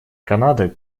канада